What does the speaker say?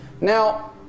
Now